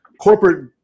corporate